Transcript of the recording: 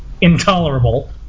intolerable